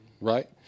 Right